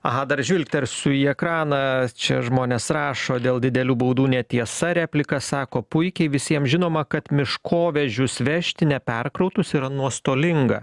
aha dar žvilgtersiu į ekraną čia žmonės rašo dėl didelių baudų netiesa replika sako puikiai visiem žinoma kad miškovežius vežti neperkrautus yra nuostolinga